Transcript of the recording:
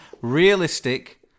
realistic